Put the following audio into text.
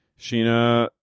Sheena